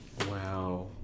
Wow